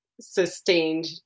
sustained